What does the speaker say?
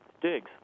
digs